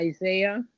Isaiah